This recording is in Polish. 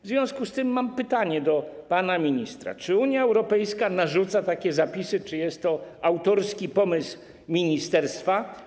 W związku z tym mam pytanie do pana ministra: Czy Unia Europejska narzuca takie zapisy, czy jest to autorski pomysł ministerstwa?